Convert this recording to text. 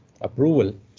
approval